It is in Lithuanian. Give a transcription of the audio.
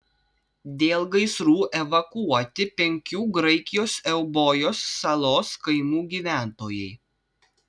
dėl gaisrų evakuoti penkių graikijos eubojos salos kaimų gyventojai